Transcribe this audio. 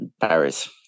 Paris